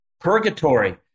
purgatory